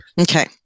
Okay